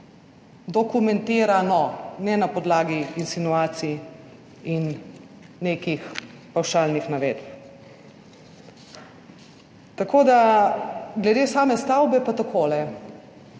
dokumentirano, ne na podlagi insinuacij in nekih pavšalnih navedb. Glede same stavbe pa takole.